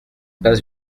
pas